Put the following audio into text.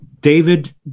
David